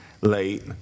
late